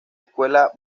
escuela